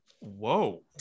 whoa